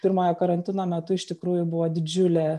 pirmojo karantino metu iš tikrųjų buvo didžiulė